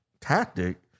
tactic